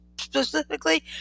specifically